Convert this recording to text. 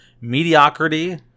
mediocrity